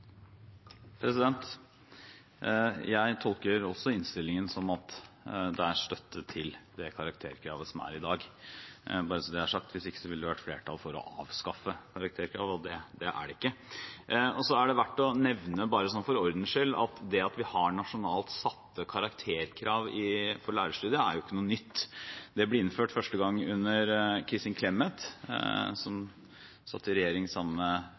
Jeg tolker også innstillingen slik at det er støtte til det karakterkravet som er i dag, bare så det er sagt. Hvis ikke, ville det vært flertall for å avskaffe karakterkravet, og det er det ikke. Det er verdt å nevne, bare for ordens skyld, at det at vi har nasjonalt satte karakterkrav for lærerstudiet, ikke er noe nytt. Det ble innført første gang under Kristin Clemet, som for øvrig satt i regjering sammen med